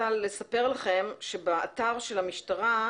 באתר של המשטרה,